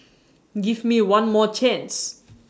give me one more chance